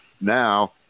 now